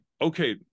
okay